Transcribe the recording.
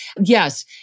Yes